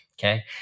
okay